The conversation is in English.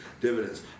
dividends